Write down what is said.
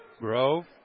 Grove